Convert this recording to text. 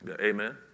Amen